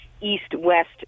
east-west